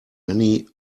many